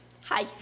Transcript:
Hi